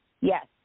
Yes